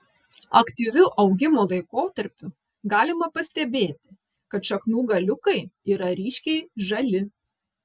aktyviu augimo laikotarpiu galima pastebėti kad šaknų galiukai yra ryškiai žali